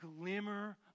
glimmer